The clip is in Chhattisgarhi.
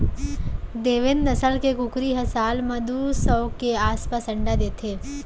देवेन्द नसल के कुकरी ह साल म दू सौ के आसपास अंडा देथे